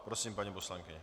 Prosím, paní poslankyně.